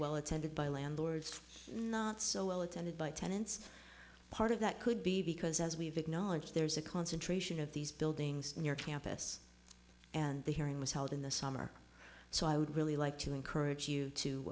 well attended by landlords not so well attended by tenants part of that could be because as we've acknowledged there is a concentration of these buildings near campus and the hearing was held in the summer so i would really like to encourage you to